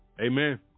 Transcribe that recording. Amen